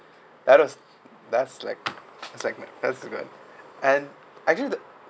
that was that's like it's like and actually the